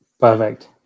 Perfect